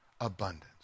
Abundance